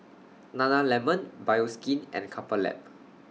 Nana Lemon Bioskin and Couple Lab